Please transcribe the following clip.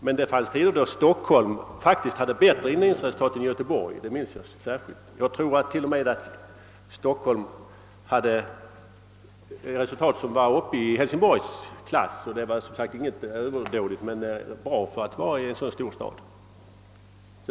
Men det fanns tider då Stockholm hade bättre indrivningsresultat än Göteborg — jag tror att siffrorna t.o.m. var uppe i Hälsingborgs klass. Siffrorna var visserligen inte precis överdådiga, men de var bra för en så stor stad.